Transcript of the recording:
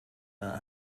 not